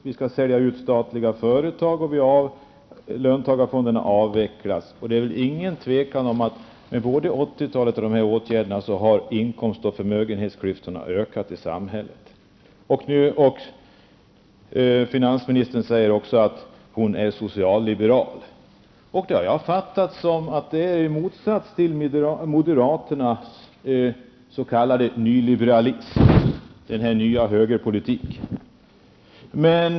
Vi skall sälja ut statliga företag, och löntagarfonder skall avvecklas. Det råder väl inget tvivel om att med både utvecklingen under 80-talet och dessa åtgärder har inkomst och förmögenhetsklyftorna ökat i samhället. Finansministern säger också att hon är socialliberal. Det har jag förstått som att det står i motsats till moderaternas s.k. nyliberalism, den nya högerpolitiken.